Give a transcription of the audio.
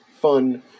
fun